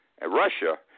Russia